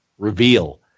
reveal